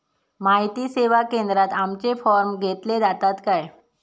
माहिती सेवा केंद्रात आमचे फॉर्म घेतले जातात काय?